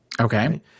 Okay